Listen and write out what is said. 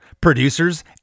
producers